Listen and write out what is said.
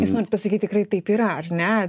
jūs norit pasakyt tikrai taip yra ar ne